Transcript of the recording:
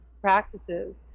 practices